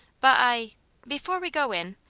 but i before we go in,